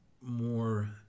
more